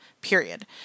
period